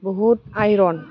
बुहुथ आइरन